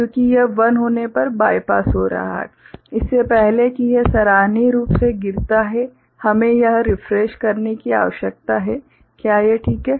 क्योंकि यह 1 होने पर बाईपास हो रहा है इससे पहले कि यह सराहनीय रूप से गिरता है हमें यह रिफ्रेशिंग करने की आवश्यकता है क्या यह सब ठीक है